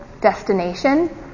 destination